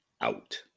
Out